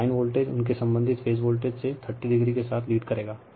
अब line voltage उनके संबधित फेज वोल्टेज से 30o के साथ लीड करेगा